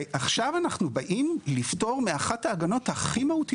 ועכשיו אנחנו באים לפטור מאחת ההגנות הכי מהותיות?